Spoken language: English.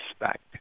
respect